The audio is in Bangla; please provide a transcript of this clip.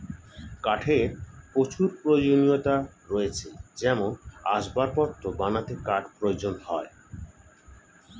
কাঠের প্রচুর প্রয়োজনীয়তা রয়েছে যেমন আসবাবপত্র বানাতে কাঠ প্রয়োজন হয়